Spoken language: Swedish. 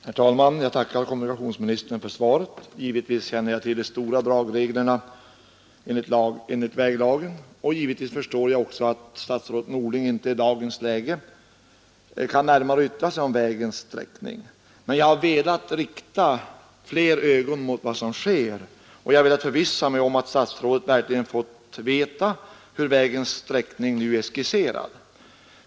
Herr talman! Jag tackar kommunikationsministern för svaret. Givetvis känner jag i stora drag till reglerna enligt väglagen, och givetvis förstår jag att statsrådet Norling inte i dagens läge närmare kan yttra sig om vägens sträckning, men jag har velat rikta fler ögon på vad som sker och jag har velat förvissa mig om att statsrådet verkligen fått veta hur vägens sträckning nu är skisserad.